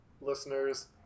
listeners